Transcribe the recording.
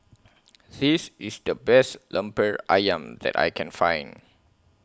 This IS The Best Lemper Ayam that I Can Find